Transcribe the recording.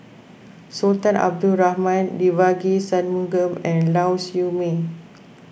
Sultan Abdul Rahman Devagi Sanmugam and Lau Siew Mei